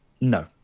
No